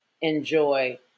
enjoy